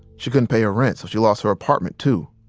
she couldn't pay her rent, so she lost her apartment too.